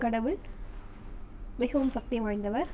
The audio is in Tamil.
கடவுள் மிகவும் சக்தி வாய்ந்தவர்